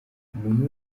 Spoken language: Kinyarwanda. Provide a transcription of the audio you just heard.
umuntu